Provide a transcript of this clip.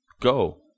Go